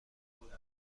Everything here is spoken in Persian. کنم